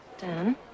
Dan